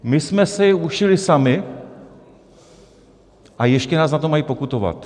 My jsme si je ušili sami, a ještě nás za to mají pokutovat!